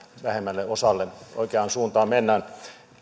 vähemmälle osalle oikeaan suuntaan mennään